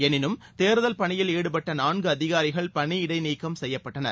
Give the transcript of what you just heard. எனினும் தேர்தல் பணியில் ஈடுபட்ட நான்கு அதிகாரிகள் பணியிடை நீக்கம் செய்யப்பட்டனர்